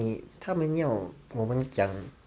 他们要我们讲